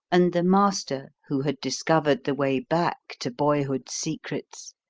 and the master who had discovered the way back to boyhood's secrets.